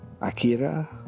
Akira